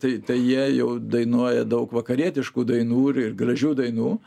tai tai jie jau dainuoja daug vakarietiškų dainų ir gražių dainų